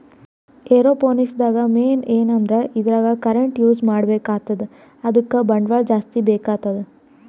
aeroponics ದಾಗ್ main ಏನಂದ್ರ ಇದ್ರಾಗ್ ಕರೆಂಟ್ ಯೂಸ್ ಮಾಡ್ಬೇಕ್ ಆತದ್ ಅದಕ್ಕ್ ಬಂಡವಾಳ್ ಜಾಸ್ತಿ ಬೇಕಾತದ್